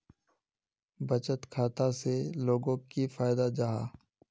बचत खाता से लोगोक की फायदा जाहा?